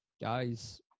guys